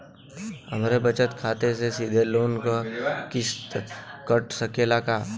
हमरे बचत खाते से सीधे लोन क किस्त कट सकेला का?